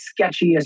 sketchiest